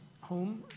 home